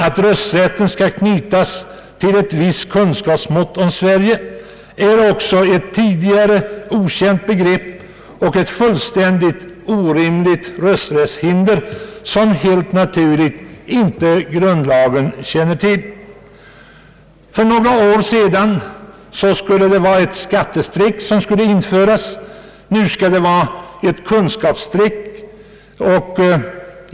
Att rösträtten skall knytas till ett visst kunskapsmått om Sverige är också ett tidigare okänt begrepp och ett fullständigt orimligt rösträttshinder, som grundlagen helt naturligt inte känner till. För några år sedan ville man införa ett skattestreck, nu skall det vara ett kunskapsstreck.